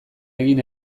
egin